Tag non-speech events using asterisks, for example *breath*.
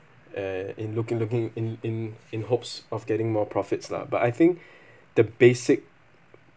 and in looking looking in in in hopes of getting more profits lah but I think *breath* the basic